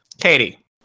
Katie